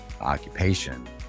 occupation